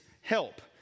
help